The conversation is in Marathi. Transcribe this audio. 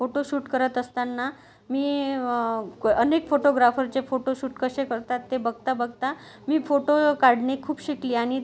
फोटोशूट करत असताना मी क् अनेक फोटोग्राफरचे फोटोशूट कसे करतात ते बघता बघता मी फोटो काढणे खूप शिकली आणि